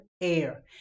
air